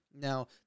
Now